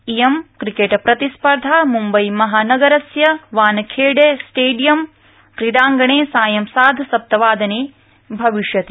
इयं क्रिकेट प्रतिस्पर्धा मुम्बई महानगरस्य वानखेड़े क्रिकेट कीडांगणे सायं सार्ध सप्तवादने भविष्यति